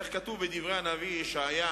איך כתוב בדברי הנביא הושע: